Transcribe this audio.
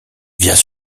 viens